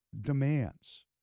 demands